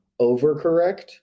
overcorrect